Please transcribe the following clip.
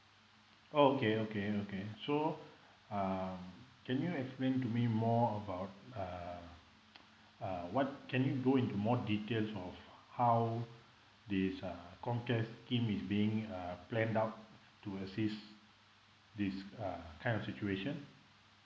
oh okay okay okay so um can you explain to me more about uh uh what can you go into more details of how this uh com care scheme is being uh plan out to assist this uh kind of duration